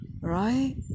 Right